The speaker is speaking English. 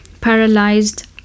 paralyzed